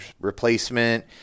replacement